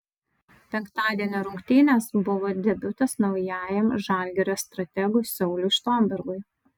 penktadienio rungtynės buvo debiutas naujajam žalgirio strategui sauliui štombergui